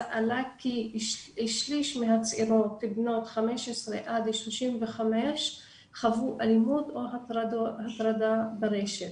עלה כי שליש מהצעירות בנות 15 עד 35 חוו אלימות או הטרדה ברשת.